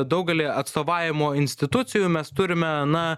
daugelį atstovavimo institucijų mes turime na